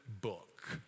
book